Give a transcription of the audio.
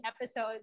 episode